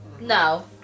No